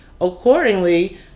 accordingly